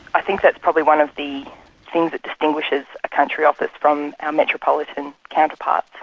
i think that's probably one of the things that distinguishes a country office from our metropolitan counterparts.